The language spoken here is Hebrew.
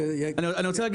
אני רק אגיד: